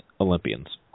Olympians